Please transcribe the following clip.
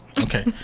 Okay